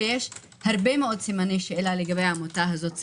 יש הרבה מאוד סימני שאלה עליה ספציפית.